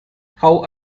how